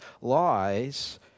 lies